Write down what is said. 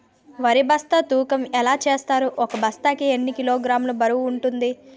వరి బస్తా తూకం ఎలా చూస్తారు? ఒక బస్తా కి ఎన్ని కిలోగ్రామ్స్ బరువు వుంటుంది?